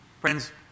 Friends